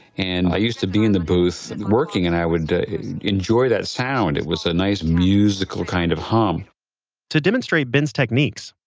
and i used to be in the booth and working and i would and enjoy that sound. it was a nice musical kind of hum to demonstrate ben's techniques,